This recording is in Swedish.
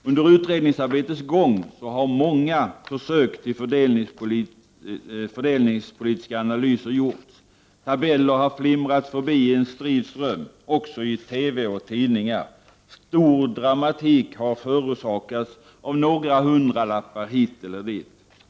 Under utredningsarbets gång har många försök till fördelningspolitiska analyser gjorts. Tabeller har flimrat förbi i en strid ström i TV och tidningar. Stor dramatik har förorsakats av några hundralappar hit eller dit.